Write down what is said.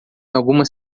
algumas